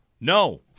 no